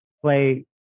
play